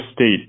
state